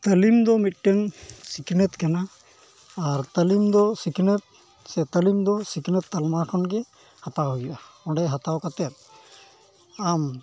ᱛᱟᱹᱞᱤᱢ ᱫᱚ ᱢᱤᱫᱴᱟᱱ ᱥᱤᱠᱷᱱᱟᱹᱛ ᱠᱟᱱᱟ ᱟᱨ ᱛᱟᱹᱞᱤᱢ ᱫᱚ ᱥᱤᱠᱷᱱᱟᱹᱛ ᱥᱮ ᱛᱟᱹᱞᱤᱢ ᱫᱚ ᱥᱤᱠᱷᱱᱟᱹᱛ ᱛᱟᱞᱢᱟ ᱠᱷᱚᱱᱜᱮ ᱦᱟᱛᱟᱣ ᱦᱩᱭᱩᱜᱼᱟ ᱚᱸᱰᱮ ᱦᱟᱛᱟᱣ ᱠᱟᱛᱮᱫ ᱟᱢ